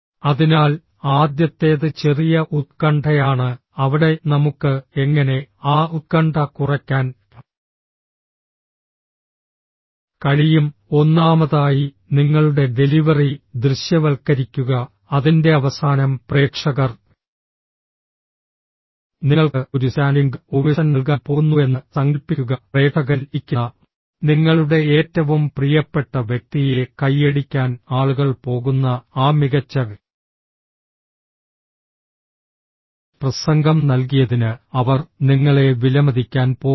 അതിനാൽ ആദ്യത്തേത് ചെറിയ ഉത്കണ്ഠയാണ് അവിടെ നമുക്ക് എങ്ങനെ ആ ഉത്കണ്ഠ കുറയ്ക്കാൻ കഴിയും ഒന്നാമതായി നിങ്ങളുടെ ഡെലിവറി ദൃശ്യവൽക്കരിക്കുക അതിന്റെ അവസാനം പ്രേക്ഷകർ നിങ്ങൾക്ക് ഒരു സ്റ്റാൻഡിംഗ് ഓവേഷൻ നൽകാൻ പോകുന്നുവെന്ന് സങ്കൽപ്പിക്കുക പ്രേക്ഷകരിൽ ഇരിക്കുന്ന നിങ്ങളുടെ ഏറ്റവും പ്രിയപ്പെട്ട വ്യക്തിയെ കൈയടിക്കാൻ ആളുകൾ പോകുന്ന ആ മികച്ച പ്രസംഗം നൽകിയതിന് അവർ നിങ്ങളെ വിലമതിക്കാൻ പോകുന്നു